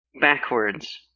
Backwards